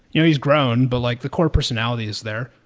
you know he's grown, but like the core personality is there.